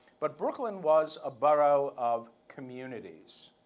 but brooklyn was a borough of communities.